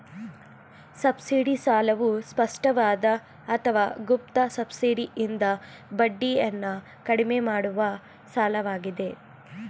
subsidy ಸಾಲವು ಸ್ಪಷ್ಟವಾದ ಅಥವಾ ಗುಪ್ತ ಸಬ್ಸಿಡಿಯಿಂದ ಬಡ್ಡಿಯನ್ನ ಕಡಿಮೆ ಮಾಡುವ ಸಾಲವಾಗಿದೆ